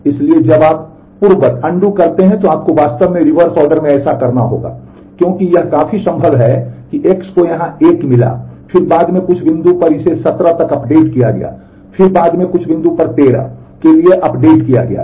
इसलिए जब आप पूर्ववत करते हैं तो आपको वास्तव में रिवर्स ऑर्डर में ऐसा करना होगा क्योंकि यह काफी संभव है कि X को यहां 1 मिला फिर बाद में कुछ बिंदु पर इसे 17 तक अपडेट किया गया फिर बाद में कुछ बिंदु पर 13 के लिए अद्यतन किया गया था